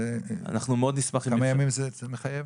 כמה ימים זה מחייב?